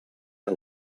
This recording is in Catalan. que